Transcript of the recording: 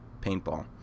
paintball